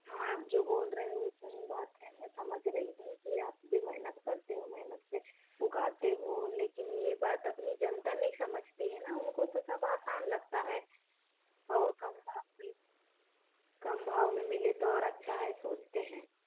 हाँ आप जो बोल रहे हो सही बात है मैं समझ रही हूँ कि आप भी मेहनत करते हो मेहनत से उगाते हो लेकिन ये बात अपनी जनता नहीं समझती है ना उनको तो सब आसान लगता है और कम भाव कम भाव में मिले तो और अच्छा है सोचते हैं